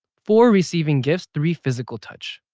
four receiving gifts, three physical touch,